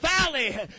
valley